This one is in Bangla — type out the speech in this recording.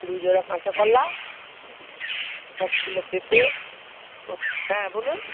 দুজোড়া কাঁচাকলা এক কিলো পেঁপে ও হ্যাঁ বলুন